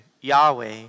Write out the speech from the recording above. Yahweh